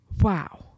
wow